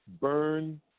burn